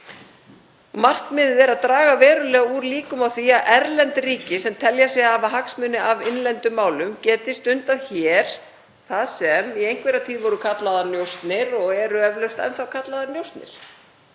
Markmiðið er að draga verulega úr líkum á því að erlend ríki, sem telja sig hafa hagsmuni af innlendum málum, geti stundað hér það sem í einhverja tíð var kallað njósnir og er eflaust enn. Það er